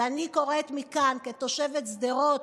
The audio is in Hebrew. ואני קוראת מכאן, כתושבת שדרות: